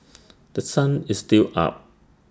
The Sun is still up